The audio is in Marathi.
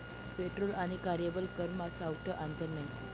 पेट्रोल आणि कार्यबल करमा सावठं आंतर नै